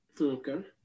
Okay